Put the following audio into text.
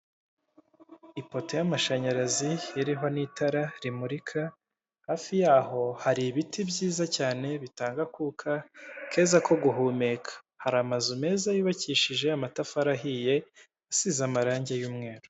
Ipoto y'amashanyarazi iriho n'itara rimurika, hafi yaho hari ibiti byiza cyane bitanga akuka keza ko guhumeka. Hari amazu meza yubakishije amatafari ahiye asize amarangi y'umweru.